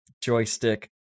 joystick